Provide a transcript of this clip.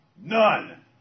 None